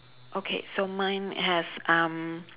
okay so mine has um